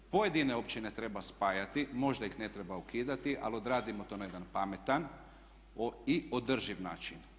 Pojedine općine treba spajati, možda ih ne treba ukidati, ali odradimo to na jedan pametan i održiv način.